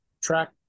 track